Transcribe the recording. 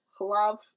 Love